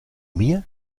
mir